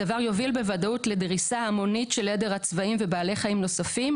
הדבר יוביל בוודאות לדריסה המונית של עדר הצבאים ובעלי חיים נוספים,